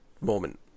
moment